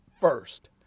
first